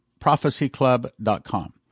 prophecyclub.com